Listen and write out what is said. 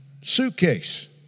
suitcase